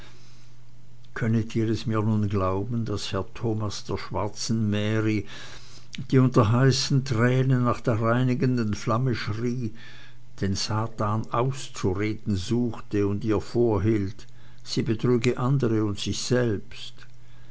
könnet ihr es mir nun glauben daß herr thomas der schwarzen mary die unter heißen tränen nach der reinigenden flamme schrie den satan auszureden suchte und ihr vorhielt sie betrüge andere und sich selbst